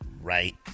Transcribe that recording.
right